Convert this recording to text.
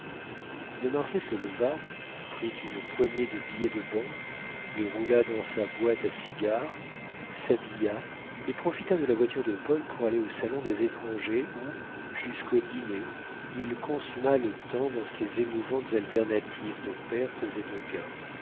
de marsay se leva prit une poignée de billets de banque les roula dans sa boîte à cigares s'habilla et profita de la voiture de paul pour aller au salon des étrangers où jusqu'au dîner il consuma le temps dans ces émouvantes alternatives de perte et de gain